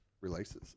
releases